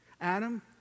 Adam